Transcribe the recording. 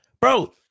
Bro